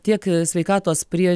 tiek sveikatos prie